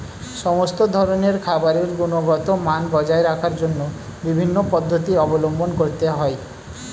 সমস্ত ধরনের খাবারের গুণগত মান বজায় রাখার জন্য বিভিন্ন পদ্ধতি অবলম্বন করতে হয়